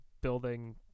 building